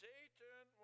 Satan